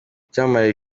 icyamamare